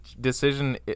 decision